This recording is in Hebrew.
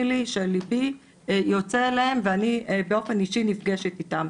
לי שליבי יוצא אליהם ואני באופן אישי נפגשת איתם.